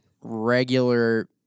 regular